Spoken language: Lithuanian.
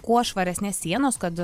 kuo švaresnės sienos kad